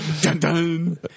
Dun-dun